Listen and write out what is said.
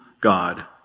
God